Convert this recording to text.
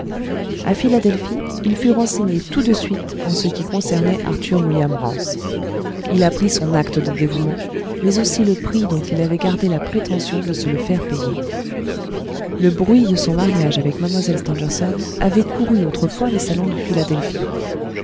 à philadelphie il fut renseigné tout de suite en ce qui concernait arthur william rance il apprit son acte de dévouement mais aussi le prix dont il avait gardé la prétention de se le faire payer le bruit de son mariage avec mlle stangerson avait couru autrefois les salons de philadelphie